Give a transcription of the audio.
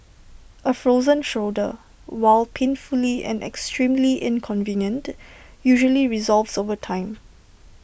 A frozen shoulder while painful and extremely inconvenient usually resolves over time